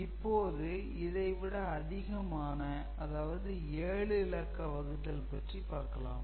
இப்போது இதை விட அதிகமான அதாவது 7 இலக்க வகுத்தல் பற்றி பார்க்கலாம்